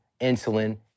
insulin